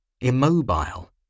immobile